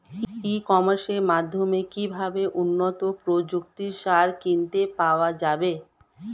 ই কমার্সের মাধ্যমে কিভাবে উন্নত প্রযুক্তির সার কিনতে পাওয়া যাবে?